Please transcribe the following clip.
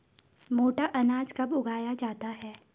मोटा अनाज कब उगाया जाता है?